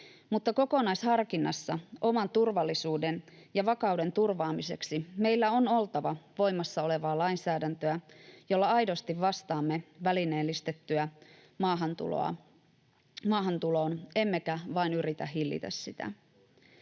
mutta kokonaisharkinnassa oman turvallisuuden ja vakauden turvaamiseksi meillä on oltava voimassa olevaa lainsäädäntöä, jolla aidosti vastaamme välineellistettyyn maahantuloon emmekä vain yritä hillitä sitä.